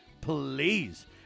Please